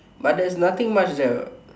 but nothing much there